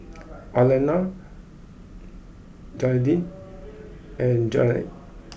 Arlena Gearldine and Jeannette